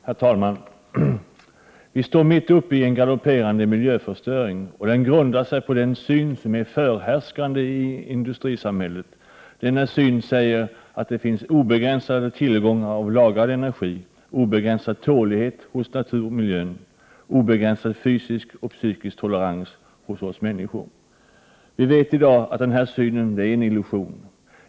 Herr talman! Vi står mitt uppe i en galopperande miljöförstöring. Den grundar sig på den syn som är förhärskande i industrisamhället. Denna syn bygger på att det finns obegränsade tillgångar av lagrad energi, obegränsad tålighet hos natur och miljö samt obegränsad fysisk och psykisk tolerans hos oss människor. Vi vet i dag att denna syn är en illusion.